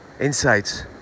insights